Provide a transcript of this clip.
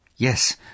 Yes